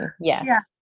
Yes